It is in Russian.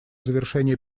завершения